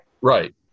Right